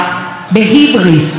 ויש דבר ברור,